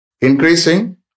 increasing